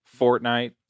Fortnite